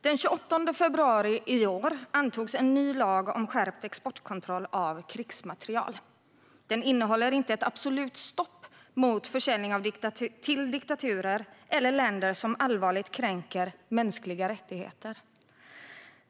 Den 28 februari i år antogs en ny lag om skärpt exportkontroll av krigsmateriel. Den innehåller inte ett absolut stopp mot försäljning till diktaturer eller länder som allvarligt kränker mänskliga rättigheter.